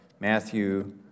Matthew